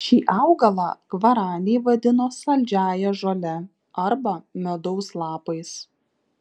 šį augalą gvaraniai vadino saldžiąja žole arba medaus lapais